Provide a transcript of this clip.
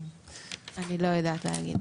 אני לא יודעת להגיד.